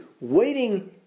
waiting